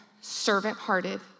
servant-hearted